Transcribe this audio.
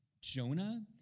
Jonah